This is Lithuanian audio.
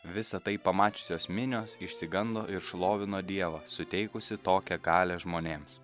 visa tai pamačiusios minios išsigando ir šlovino dievą suteikusi tokią galią žmonėms